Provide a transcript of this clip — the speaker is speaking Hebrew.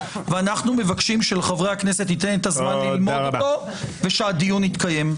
ואנחנו מבקשים שלחברי הכנסת יינתן הזמן ללמוד אותו ושהדיון יתקיים.